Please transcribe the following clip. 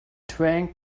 drank